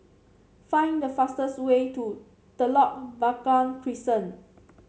find the fastest way to Telok Blangah Crescent